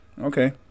Okay